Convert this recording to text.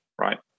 right